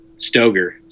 Stoger